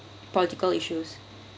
political issues